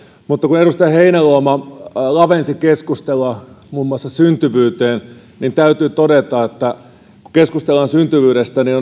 mutta kun edustaja heinäluoma lavensi keskustelua muun muassa syntyvyyteen niin täytyy todeta että kun keskustellaan syntyvyydestä niin